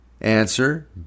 Answer